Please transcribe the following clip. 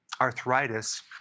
arthritis